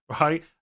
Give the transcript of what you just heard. right